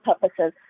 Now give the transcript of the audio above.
purposes